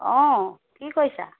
অঁ কি কৰিছা